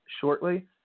shortly